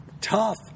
tough